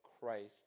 Christ